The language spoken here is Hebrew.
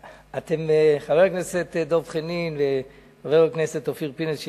חבר הכנסת דב חנין וחבר הכנסת אופיר פינס,